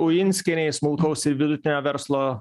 ujinskienei smulkaus ir vidutinio verslo